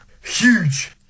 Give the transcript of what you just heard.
Huge